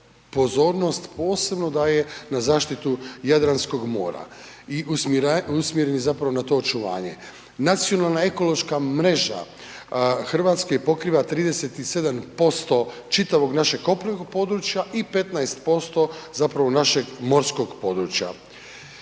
pozornost posebno daje na zaštitu Jadranskog mora, i .../Govornik se ne razumije./... je na to očuvanje. Nacionalna ekološka mreža Hrvatske pokriva 37% čitavog našeg kopnenog područja i 15% zapravo našeg morskog područja.